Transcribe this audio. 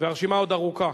והרשימה עוד ארוכה.